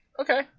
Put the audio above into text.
Okay